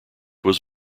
was